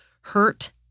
hurt